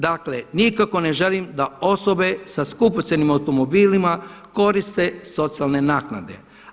Dakle, nikako ne želim da osobe sa skupocjenim automobilima koriste socijalne naknade.